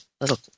little